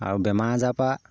আৰু বেমাৰ আজাৰপৰা